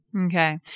Okay